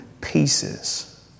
pieces